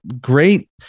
great